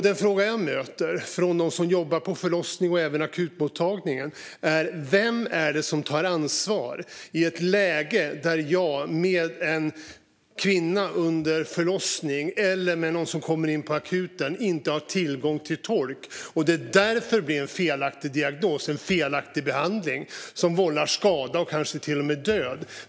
Den fråga jag möter från dem som jobbar på förlossningen och akutmottagningar är: Vem tar ansvar? Det kan handla om ett läge där en kvinna vårdas under förlossning, eller där någon som kommer in på akuten vårdas, och där patienten inte har tillgång till tolk, vilket leder till en felaktig diagnos och felaktig behandling som vållar skada - och kanske till och med död.